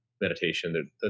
meditation